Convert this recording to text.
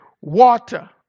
water